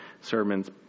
sermons